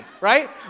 right